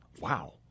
wow